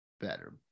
better